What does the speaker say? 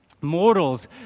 Mortals